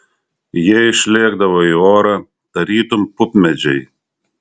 jie išlėkdavo į orą tarytum pupmedžiai